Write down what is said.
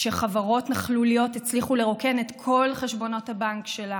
שחברות נכלוליות הצליחו לרוקן את כל חשבונות הבנק שלה